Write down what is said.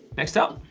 next up.